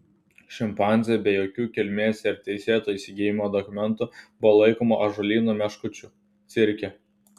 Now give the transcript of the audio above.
šimpanzė be jokių kilmės ir teisėto įsigijimo dokumentų buvo laikoma ąžuolyno meškučių cirke